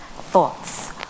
thoughts